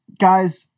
guys